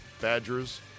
Badgers